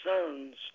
sons